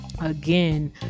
again